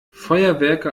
feuerwerke